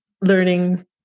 learning